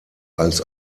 als